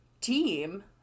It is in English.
team